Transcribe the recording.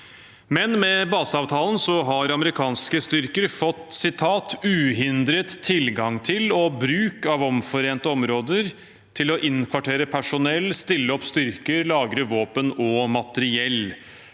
Med baseavtalen har amerikanske styrker fått «uhindret tilgang til og bruk av omforente områder» til å innkvartere personell, stille opp styrker og lagre våpen og materiell.